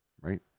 Right